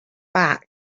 back